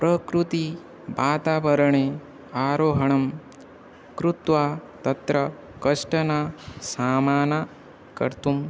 प्रकृतिः वातावरणे आरोहणं कृत्वा तत्र कष्टानां सामना कर्तुम्